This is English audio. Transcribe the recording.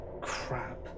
crap